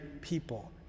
people